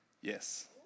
Yes